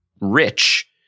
rich